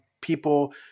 people